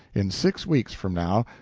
in six weeks from now,